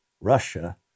Russia